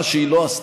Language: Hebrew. והשנייה,